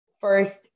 first